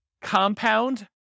Compound